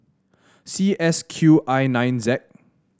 C S Q I nine Z